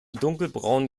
dunkelbraun